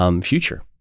future